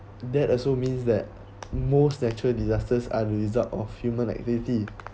that also means that most natural disasters are result of human activity